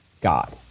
God